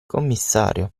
commissario